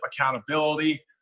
accountability